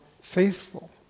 faithful